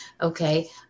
okay